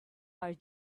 our